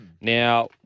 Now